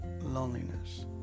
loneliness